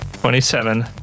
twenty-seven